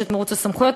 יש מירוץ סמכויות,